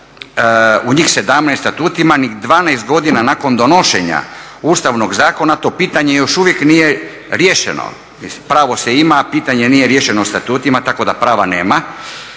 u njih 17 statutima ni 12 godina nakon donošenja Ustavnog zakona to pitanje još uvijek nije riješeno, pravo se ima, a pitanje nije riješeno statutima tako da prava nema